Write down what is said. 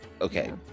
okay